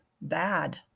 bad